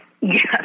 Yes